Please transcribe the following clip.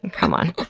come on?